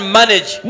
manage